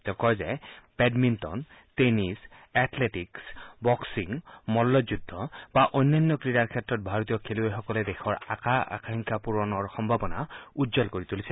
তেওঁ কয় যে বেডমিণ্টন টেনিছ এথলেটিক্ছ বক্সিং মল্লযুদ্ধ বা অন্যান্য ক্ৰীড়াৰ ক্ষেত্ৰত ভাৰতীয় খেলুৱৈসকলে দেশৰ আশা আকাংক্ষা পূৰণৰ সম্ভাৱনা উজ্জ্বল কৰি তুলিছে